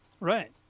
Right